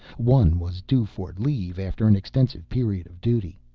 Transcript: one was due for leave after an extensive period of duty.